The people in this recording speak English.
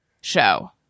show